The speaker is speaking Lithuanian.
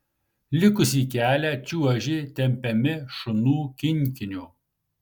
likusį kelią čiuožė tempiami šunų kinkinio